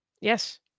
Yes